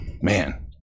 Man